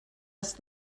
ist